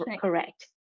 correct